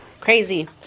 crazy